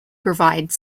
provide